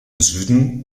süden